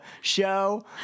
show